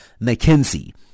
McKinsey